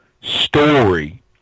story